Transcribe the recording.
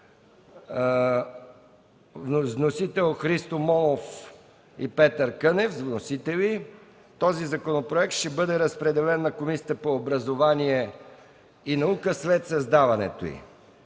Вносители са Христо Монов и Петър Кънев. Законопроектът ще бъде разпределен на Комисията по образование и наука след създаването й.